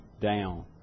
down